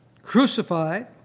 Crucified